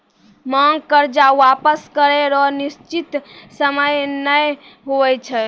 मांग कर्जा वापस करै रो निसचीत सयम नै हुवै छै